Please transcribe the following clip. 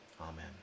Amen